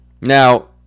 Now